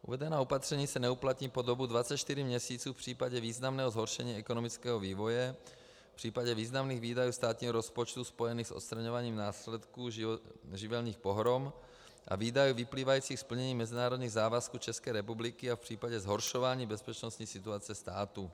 Uvedená opatření se neuplatní po dobu 24 měsíců v případě významného zhoršení ekonomického vývoje, v případě významných výdajů státního rozpočtu spojených s odstraňováním následků živelních pohrom a výdajů vyplývajících z plnění mezinárodních závazků České republiky a v případě zhoršování bezpečnostní situace státu.